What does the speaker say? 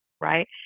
Right